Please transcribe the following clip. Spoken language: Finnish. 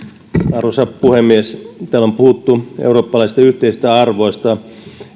arvoisa puhemies täällä on puhuttu eurooppalaisista yhteisistä arvoista